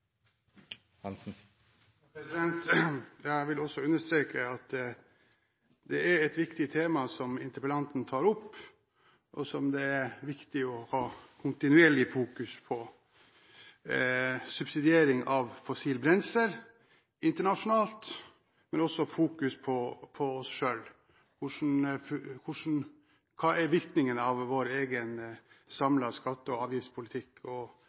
et viktig tema som interpellanten tar opp, og som det er viktig å ha kontinuerlig fokus på, subsidiering av fossilt brensel internasjonalt, men også fokus på oss selv: Hva er virkningen av vår egen samlede skatte- og avgiftspolitikk og